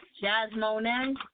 Jasmine